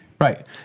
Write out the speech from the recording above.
Right